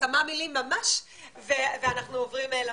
כמה מילים ממש ואנחנו עוברים למנכ"ל.